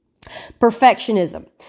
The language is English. Perfectionism